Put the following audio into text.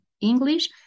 English